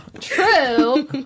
True